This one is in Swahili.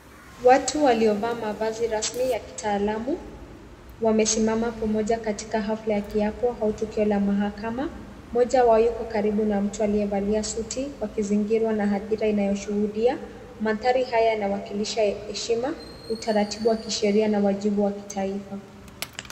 Watu waliovaa mavazi rasmi ya kitaalamu, wamesimama pamoja katika hafla ya kiapo au tukio la mahakama. Mmoja wao yuko karibu na mtu aliyevalia suti, wakizingirwa na hadhira inayoshuhudia. Mandhari haya yanawakilisha heshima, utaratibu wa kisheria na wajibu wa kitaifa.